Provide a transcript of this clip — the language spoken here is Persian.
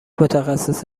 متخصص